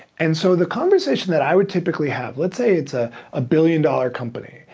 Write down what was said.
and so the conversation that i would typically have, let's say it's ah a billion dollar company,